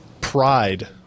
pride